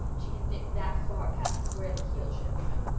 she had knit that far past where the heel should have begun!